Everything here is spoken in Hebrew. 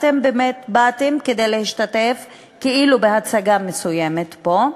אתם באתם להשתתף כאילו בהצגה מסוימת פה,